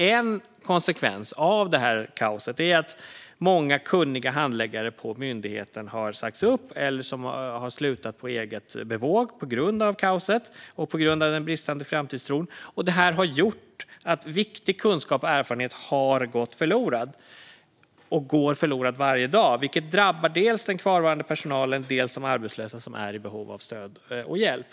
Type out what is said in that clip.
En konsekvens av kaoset är att många kunniga handläggare på myndigheten har sagts upp eller slutat på eget bevåg på grund av kaoset och den bristande framtidstron. Det har gjort att viktig kunskap och erfarenhet har gått förlorad och går förlorad varje dag. Det drabbar dels den kvarvarande personalen, dels de arbetslösa som är i behov av stöd och hjälp.